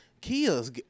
Kia's